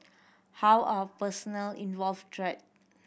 how are personnel involved treated